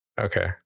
Okay